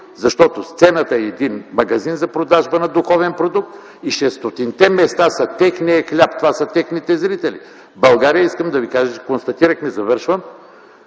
защото сцената е един магазин за продажба на духовен продукт и 600-те места са техният хляб, това са техните зрители. Искам да ви кажа, че констатирахме в